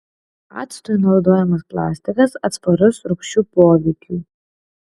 actui naudojamas plastikas atsparus rūgščių poveikiui